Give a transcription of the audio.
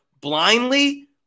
blindly